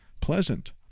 pleasant